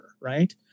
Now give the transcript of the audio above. right